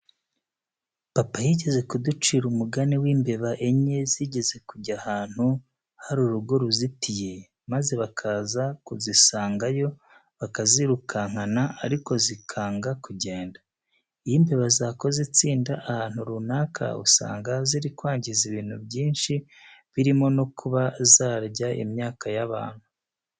Papa yigeze kuducira umugani w'imbeba enye zigeze kujya ahantu hari urugo ruzitiye, maze bakaza kuzisangayo bakazirukankana ariko zikanga kugenda. Iyo imbeba zakoze itsinda ahantu runaka usanga ziri kwangiza ibintu byinshi birimo no kuba zarya imyaka y'abantu.